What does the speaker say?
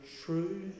true